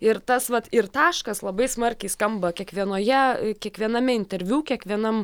ir tas vat ir taškas labai smarkiai skamba kiekvienoje kiekviename interviu kiekvienam